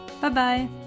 Bye-bye